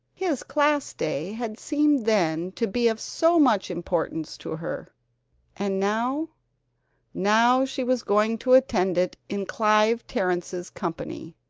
his class day had seemed then to be of so much importance to her and now now she was going to attend it in clive terrence's company!